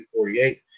1948